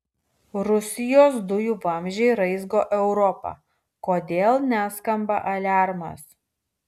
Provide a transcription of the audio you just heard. rusijos dujų vamzdžiai raizgo europą kodėl neskamba aliarmas